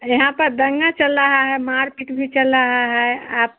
यहाँ पर दंगा चल रहा है मारपीट भी चल रहा है आप